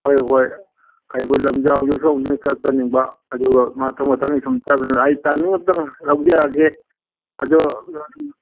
ꯍꯣꯏ ꯍꯣꯏ ꯀꯩꯕꯨꯜ ꯂꯥꯝꯖꯥꯎꯗꯨꯁꯨ ꯑꯝꯇꯪ ꯆꯠꯆꯅꯤꯡꯕ ꯑꯗꯨꯒ ꯃꯊꯪ ꯃꯊꯪ ꯁꯨꯝ ꯆꯪꯉꯒ ꯑꯩ ꯇꯥꯏꯃꯤꯡ ꯑꯝꯇꯪ ꯂꯧꯖꯔꯒꯦ ꯑꯗꯨ